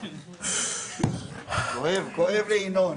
אם יש פניות, אני אפנה אותן אליו.